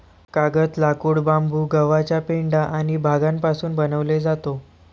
कागद, लाकूड, बांबू, गव्हाचा पेंढा आणि भांगापासून बनवले जातो